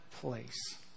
place